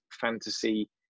fantasy